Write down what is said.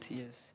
yes